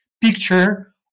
picture